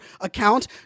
account